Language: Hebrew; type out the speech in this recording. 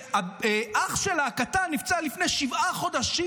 שאח שלה הקטן נפצע לפני שבעה חודשים.